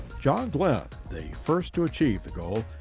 john glenn, the first to achieve the goal,